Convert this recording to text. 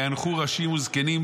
וייאנחו ראשים וזקנים,